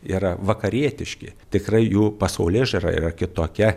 yra vakarietiški tikrai jų pasaulėžiūra yra kitokia